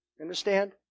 Understand